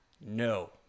no